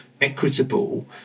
equitable